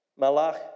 Malach